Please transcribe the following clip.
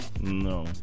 No